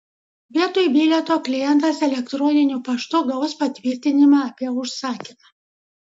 vietoj bilieto klientas elektroniniu paštu gaus patvirtinimą apie užsakymą